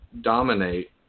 dominate